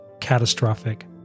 catastrophic